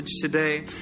today